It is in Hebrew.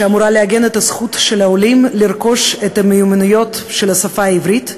שאמורה לעגן את הזכות של העולים לרכוש את המיומנויות של השפה העברית,